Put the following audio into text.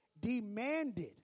Demanded